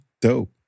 Dope